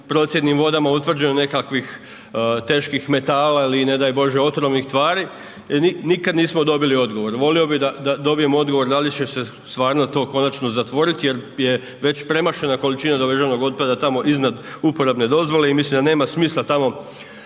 procjednim vodama utvrđeno nekakvih teških metala ili ne daj Bože otrovnih tvari, nikad nismo dobili odgovor. Volio bih da dobijemo odgovor da li će se stvarno to konačno zatvoriti jer je već premašena količina doveženog otpada tamo iznad uporabne dozvole i mislim da nema smisla tamo